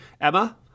Emma